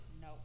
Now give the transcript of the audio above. No